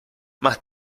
más